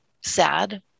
sad